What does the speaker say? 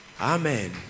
Amen